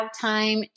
time